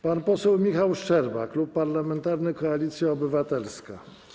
Pan poseł Michał Szczerba, Klub Parlamentarny Koalicja Obywatelska.